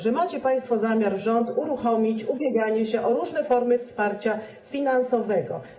Że macie państwo zamiar, rząd ma zamiar uruchomić ubieganie się o różne formy wsparcia finansowego.